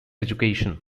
education